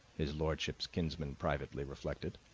his lordship's kinsman privately reflected.